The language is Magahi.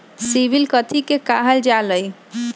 सिबिल कथि के काहल जा लई?